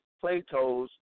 Plato's